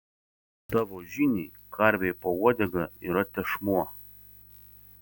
tavo žiniai karvei po uodega yra tešmuo